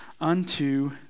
unto